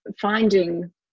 finding